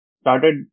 started